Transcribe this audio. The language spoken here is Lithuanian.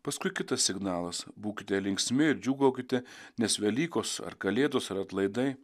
paskui kitas signalas būkite linksmi ir džiūgaukite nes velykos ar kalėdos ar atlaidai